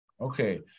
Okay